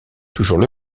toujours